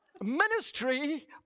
ministry